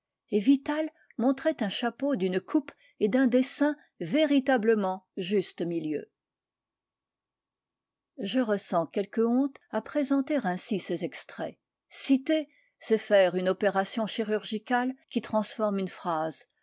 vital montrait un chapeau d'une coupe et d'un dessin véritablement juste-milieu je ressens quelque honte à présenter ainsi ces extraits citer c'est faire une opération chirurgicale qui transforme une phrase